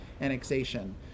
annexation